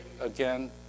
again